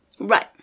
Right